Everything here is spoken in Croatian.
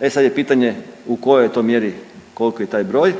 e sad je pitanje u kojoj je to mjeri, koliki je taj broj